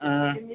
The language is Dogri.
हां